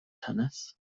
tennis